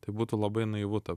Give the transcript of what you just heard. tai būtų labai naivu ta